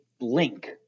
link